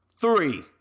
three